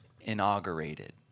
inaugurated